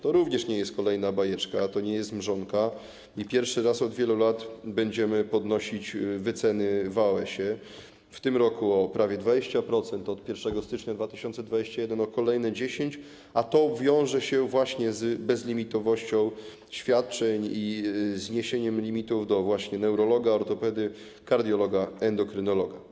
To również nie jest kolejna bajeczka, to nie jest mrzonka i pierwszy od wielu lat będziemy podnosić wyceny w AOS: w tym roku o prawie 20%, od 1 stycznia 2021 r. o kolejne 10, a to wiąże się właśnie z bezlimitowością świadczeń i zniesieniem limitów do neurologa, ortopedy, kardiologa, endokrynologa.